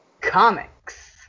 comics